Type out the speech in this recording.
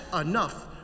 enough